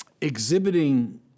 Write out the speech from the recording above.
exhibiting